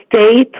state